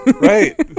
Right